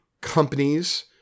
companies